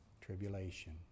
tribulation